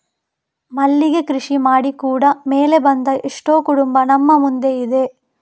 ಮಲ್ಲಿಗೆ ಕೃಷಿ ಮಾಡಿ ಕೂಡಾ ಮೇಲೆ ಬಂದ ಎಷ್ಟೋ ಕುಟುಂಬ ನಮ್ಮ ಮುಂದೆ ಇದೆ